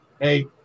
hey